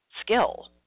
skill